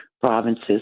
provinces